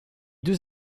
deux